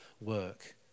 work